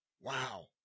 wow